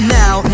now